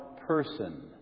person